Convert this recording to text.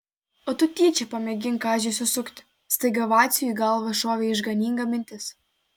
o tu tyčia pamėgink kaziui susukti staiga vaciui į galvą šovė išganinga mintis